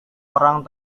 orang